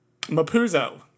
Mapuzo